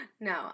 No